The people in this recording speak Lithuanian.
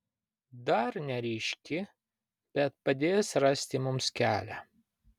dar neryški bet padės rasti mums kelią